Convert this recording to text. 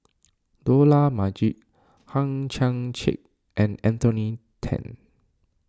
Dollah Majid Hang Chang Chieh and Anthony then